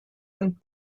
und